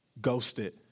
ghosted